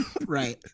right